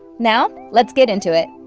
now, let's get into it.